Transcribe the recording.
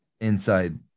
inside